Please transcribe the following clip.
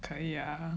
可以 ah